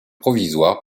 provisoire